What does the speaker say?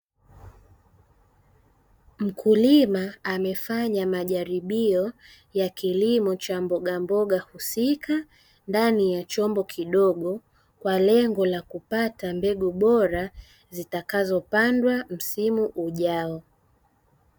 Mkulima amefanya majaribio ya kilimo cha mbogamboga husika ndani ya chombo kidogo kwa lengo la kupata mbegu bora zitakazopandwa msimu ujao.